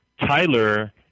Tyler